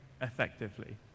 effectively